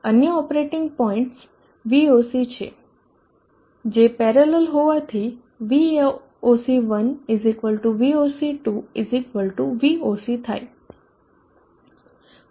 અન્ય operating point VOC છે જે પેરેલલ હોવાથી VOC1 VOC2 VOC થાય